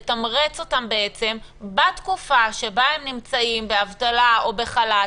לתמרץ אותם בתקופה שבה הם נמצאים באבטלה או בחל"ת,